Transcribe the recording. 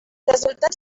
resultats